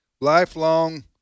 lifelong